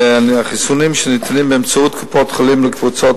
החיסונים ניתנים באמצעות קופות-חולים לקבוצות